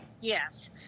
Yes